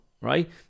right